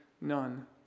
none